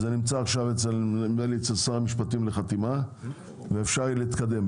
זה נמצא עכשיו אצל שר המשפטים לחתימה ואפשר יהיה להתקדם.